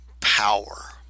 power